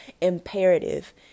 imperative